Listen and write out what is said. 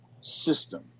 system